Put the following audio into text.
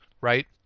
right